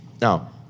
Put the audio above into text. Now